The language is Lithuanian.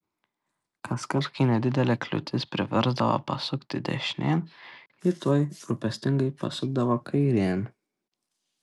kaskart kai nedidelė kliūtis priversdavo pasukti dešinėn ji tuoj rūpestingai pasukdavo kairėn